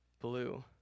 blue